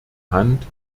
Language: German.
hand